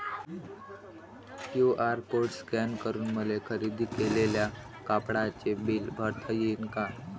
QR code scan करून मले खरेदी केलेल्या कापडाचे बिल भरता यीन का?